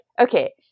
okay